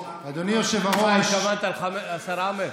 שמעת את השר עמאר?